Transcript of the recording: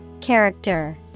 Character